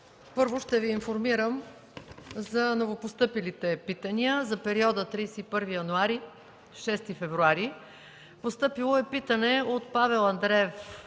Първо да Ви информирам за новопостъпилите питания за периода 31 януари-6 февруари 2014 г.: - постъпило е питане от Павел Андреев